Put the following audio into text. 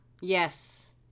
Yes